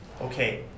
okay